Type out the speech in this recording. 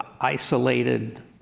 isolated